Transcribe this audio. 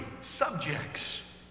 subjects